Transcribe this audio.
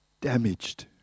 damaged